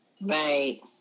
Right